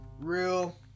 Real